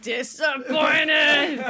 Disappointed